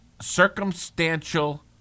circumstantial